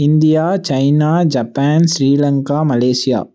India China Japan Sri Lanka Malaysia